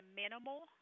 minimal